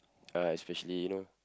uh especially you know